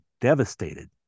devastated